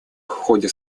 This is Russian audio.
ходе